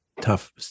tough